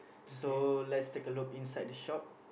so let's take a look inside this shop